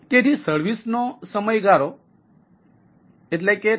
તેથી સર્વિસ નો સમયગાળો 360 10